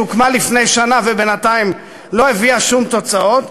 שהוקמה לפני שנה ובינתיים לא הביאה שום תוצאות,